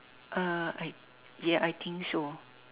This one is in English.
uh I ya I think so